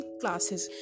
classes